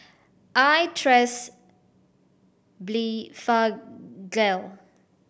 I trust Blephagel